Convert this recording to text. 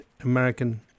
American